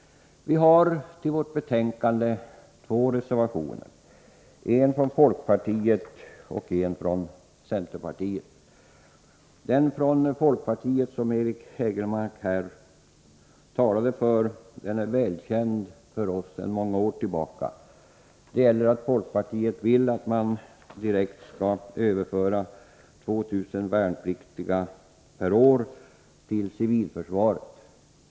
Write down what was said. Vi har i betänkande nr 20 två reservationer, en från folkpartiet och en från centern. Den från folkpartiet, som Eric Hägelmark här talade för, är välkänd för oss sedan många år tillbaka: folkpartiet vill att man direkt skall överföra 2 000 värnpliktiga per år till civilförsvaret.